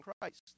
Christ